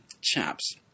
chaps